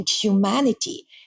humanity